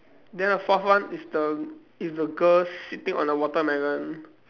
then the fourth one is the is the girl sitting on the watermelon